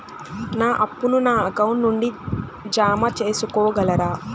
నా అప్పును నా అకౌంట్ నుండి జామ సేసుకోగలరా?